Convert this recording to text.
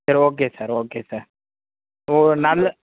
சரி okay sir okay sir ஓ நல்ல